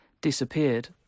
disappeared